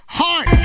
heart